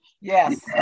Yes